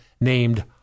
named